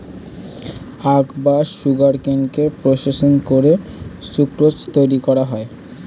আখ বা সুগারকেনকে প্রসেসিং করে সুক্রোজ তৈরি করা হয়